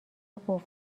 قفل